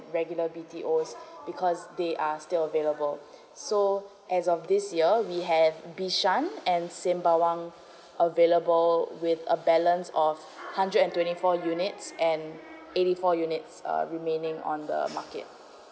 regular B_T_Os because they are still available so as of this year we have bishan and sembawang available with a balance of hundred and twenty four units and eighty four units uh remaining on the market